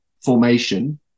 formation